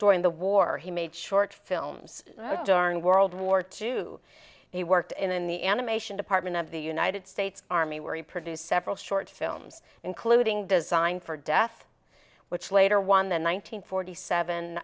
during the war he made short films during world war two he worked in the animation department of the united states army where he produced several short films including design for death which later won the one nine hundred forty seven